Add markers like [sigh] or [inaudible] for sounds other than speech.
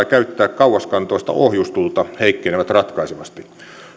[unintelligible] käyttää kauaskantoista ohjustulta heikkenevät ratkaisevasti